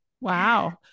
wow